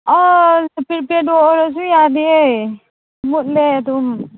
ꯑꯁ ꯄ꯭ꯔꯤꯄꯦꯗ ꯑꯣꯜꯂꯁꯨ ꯌꯥꯗꯤꯌꯦ ꯃꯨꯠꯂꯦ ꯑꯗꯨꯝ